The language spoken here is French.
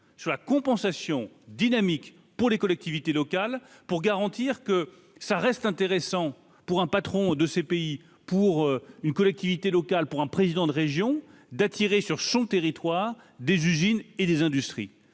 sur la compensation dynamique pour les collectivités locales pour garantir que ça reste intéressant pour un patron de ces pays pour une collectivité locale pour un président de région d'attirer sur son territoire des usines et des industries,